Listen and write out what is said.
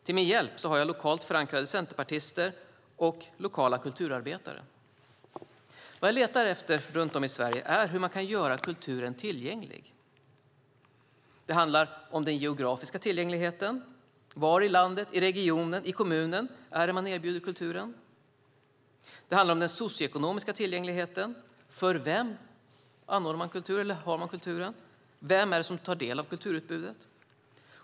Till min hjälp har jag lokalt förankrade centerpartister och lokala kulturarbetare. Vad jag letar efter runt om i Sverige är hur man kan göra kulturen tillgänglig. Det handlar om den geografiska tillgängligheten. Var i landet, i regionen, i kommunen är det man erbjuder kultur? Det handlar om den socioekonomiska tillgängligheten. För vem har man kulturen? Vem tar del av kulturutbudet?